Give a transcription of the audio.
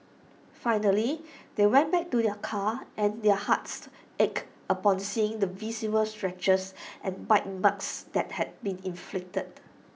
finally they went back to their car and their hearts ached upon seeing the visible scratches and bite marks that had been inflicted